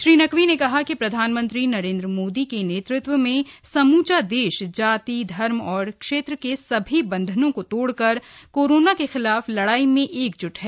श्री नकवी र्न कहा कि प्रधानमंत्री नरेंद्र मोदी के नेतृत्व में समूचा देश जाति धर्म और क्षेत्र के सभी बंधनों को तोड़कर कोरोना के खिलाफ लड़ाई में एकज़ुट है